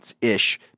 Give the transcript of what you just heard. ish